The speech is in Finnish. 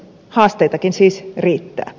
haasteitakin siis riittää